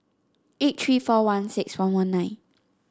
eight three four one six one one nine